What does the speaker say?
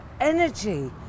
energy